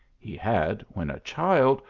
he had, when a child,